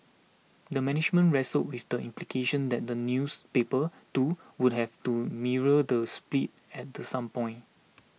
the management wrestled with the implication that the newspaper too would have to mirror the split at the some point